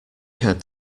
had